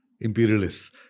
imperialists